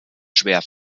schwer